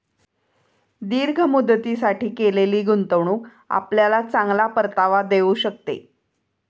दीर्घ मुदतीसाठी केलेली गुंतवणूक आपल्याला चांगला परतावा देऊ शकते